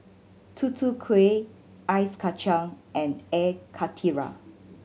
Tutu Kueh ice kacang and Air Karthira